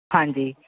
ਹਾਂਜੀ